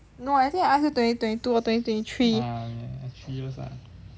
no I think I ask you twenty twenty two or twenty twenty three